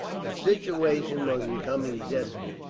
the situation was becoming desperate.